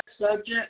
subject